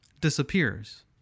disappears